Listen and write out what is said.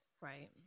Right